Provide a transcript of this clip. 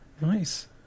Nice